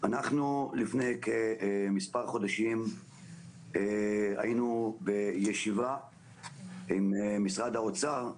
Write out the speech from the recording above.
לפני מספר חודשים היינו בישיבה עם משרד האוצר,